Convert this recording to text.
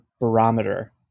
barometer